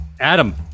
Adam